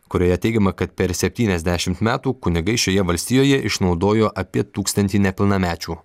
kurioje teigiama kad per septyniasdešimt metų kunigai šioje valstijoje išnaudojo apie tūkstantį nepilnamečių